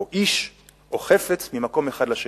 או איש, או חפץ, ממקום אחד לשני.